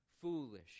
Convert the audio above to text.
foolish